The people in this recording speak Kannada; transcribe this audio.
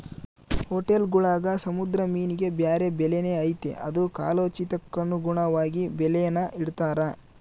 ಹೊಟೇಲ್ಗುಳಾಗ ಸಮುದ್ರ ಮೀನಿಗೆ ಬ್ಯಾರೆ ಬೆಲೆನೇ ಐತೆ ಅದು ಕಾಲೋಚಿತಕ್ಕನುಗುಣವಾಗಿ ಬೆಲೇನ ಇಡ್ತಾರ